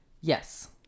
Yes